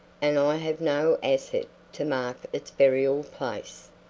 and i have no asset to mark its burial place.